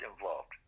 involved